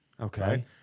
Okay